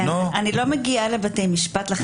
לא מגיעה לבתי משפט.